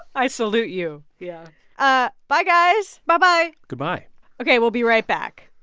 i salute you. yeah ah bye, guys bye-bye goodbye ok. we'll be right back